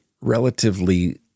relatively